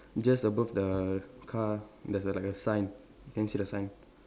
just above the car there's a like a sign can you see the sign